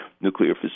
nuclear